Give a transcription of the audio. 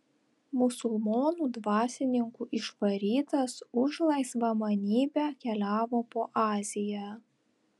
musulmonų dvasininkų išvarytas už laisvamanybę keliavo po aziją